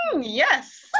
yes